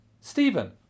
Stephen